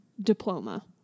diploma